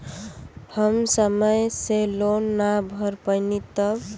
हम समय से लोन ना भर पईनी तब?